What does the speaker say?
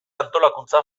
antolakuntza